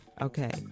Okay